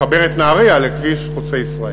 לחבר את נהרייה לכביש חוצה-ישראל.